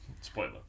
Spoiler